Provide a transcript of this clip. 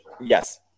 Yes